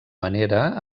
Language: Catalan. manera